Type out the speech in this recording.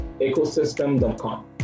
ecosystem.com